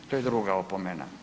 To je druga opomena.